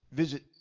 visit